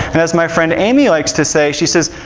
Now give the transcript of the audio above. as my friend amy likes to say, she says,